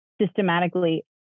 systematically